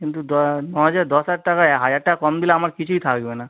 কিন্তু নয় হাজার দশ হাজার টাকা এ হাজার টাকা কম দিলে আমার কিছুই থাকবে না